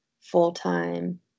full-time